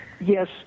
yes